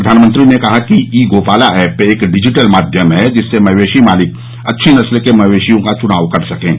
प्रधानमंत्री ने कहा कि ई गोपाला ऐप एक डिजिटल माध्यम है जिससे मवेशी मालिक अच्छी नस्ल के मवेशियों का चुनाव कर सकेंगे